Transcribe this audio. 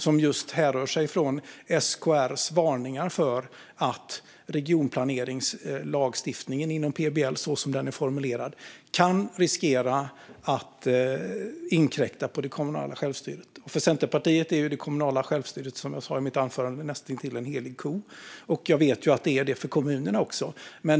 Tveksamheten härrör sig just från SKR:s varningar för att regionplaneringslagstiftningen inom PBL så som den är formulerad kan riskera att inkräkta på det kommunala självstyret. För Centerpartiet är det kommunala självstyret, som jag sa i mitt anförande, näst intill en helig ko. Och jag vet att det är det för kommunerna också.